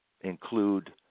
include